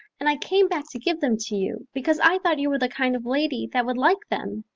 and i came back to give them to you because i thought you were the kind of lady that would like them,